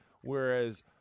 Whereas